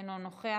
אינו נוכח.